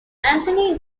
anthony